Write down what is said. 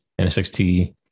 nsxt